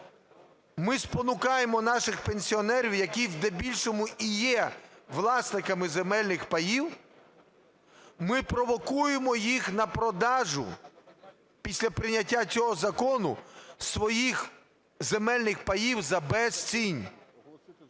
ми спонукаємо наших пенсіонерів, які здебільшого і є власниками земельних паїв, ми провокуємо їх на продажу після прийняття цього закону своїх земельних паїв за безцінь.